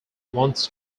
wants